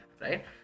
right